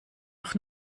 auf